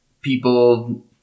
people